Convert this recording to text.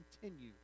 continue